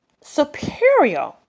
Superior